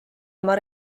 oma